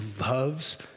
loves